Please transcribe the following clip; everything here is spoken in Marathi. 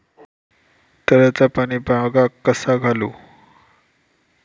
तळ्याचा पाणी बागाक कसा घालू?